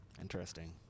Interesting